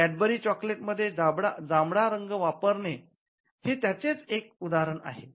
Cadbury चॉकलेटमध्ये जांभळा रंग वापरणे हे त्याचेच एक उदाहरण आहे